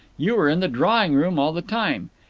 you were in the drawing-room all the time.